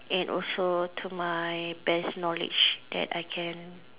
and also to my best knowledge that I can